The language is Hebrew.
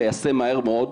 ליישם מהר מאוד,